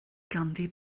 ganddi